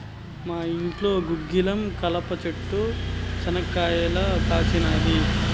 మా ఇంట్లో గుగ్గిలం కలప చెట్టు శనా కాయలు కాసినాది